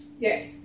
yes